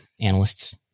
analysts